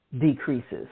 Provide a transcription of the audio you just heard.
decreases